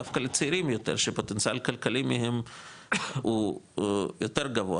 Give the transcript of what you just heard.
דווקא לצעירים יותר שפוטנציאל כלכלי מהם הוא יותר גבוה,